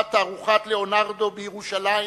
להבאת התערוכה "ליאונרדו בירושלים"